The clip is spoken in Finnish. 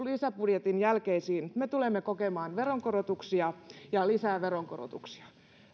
lisäbudjetin jälkeisiin me tulemme kokemaan veronkorotuksia ja lisää veronkorotuksia